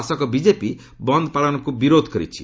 ଶାସକ ବିଜେପି ବନ୍ଦ ପାଳନକୁ ବିରୋଧ କରିଛି